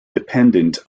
dependent